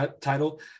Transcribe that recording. title